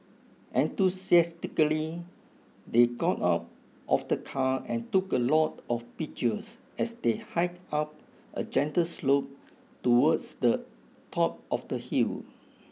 enthusiastically they got out of the car and took a lot of pictures as they hiked up a gentle slope towards the top of the hill